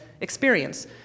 experience